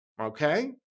Okay